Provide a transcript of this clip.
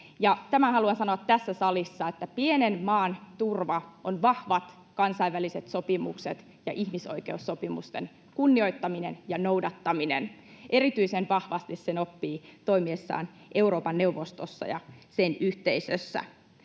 haluan sanoa tässä salissa, että pienen maan turva ovat vahvat kansainväliset sopimukset ja ihmisoikeussopimusten kunnioittaminen ja noudattaminen. Erityisen vahvasti sen oppii toimiessaan Euroopan neuvostossa ja sen yhteisössä.